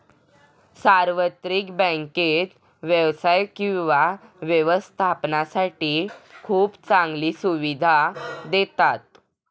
सार्वत्रिक बँकेत व्यवसाय किंवा व्यवस्थापनासाठी खूप चांगल्या सुविधा देतात